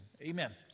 Amen